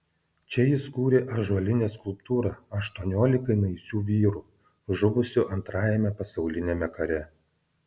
čia jis kūrė ąžuolinę skulptūrą aštuoniolikai naisių vyrų žuvusių antrajame pasauliniame kare